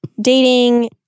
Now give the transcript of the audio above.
Dating